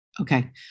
Okay